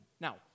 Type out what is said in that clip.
Now